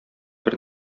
бер